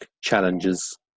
challenges